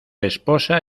esposa